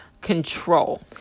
control